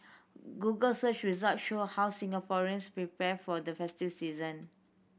google search result show how Singaporeans prepare for the festive season